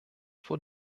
vor